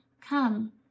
Come